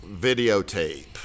videotape